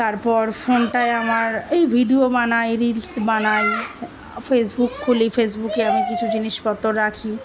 তারপর ফোনটায় আমার এই ভিডিও বানাই রিলস বানাই ফেসবুক খুলি ফেসবুকে আমি কিছু জিনিসপত্র রাখি